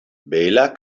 bela